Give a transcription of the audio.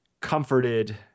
comforted